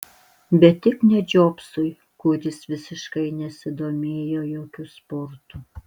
bet tik ne džobsui kuris visiškai nesidomėjo jokiu sportu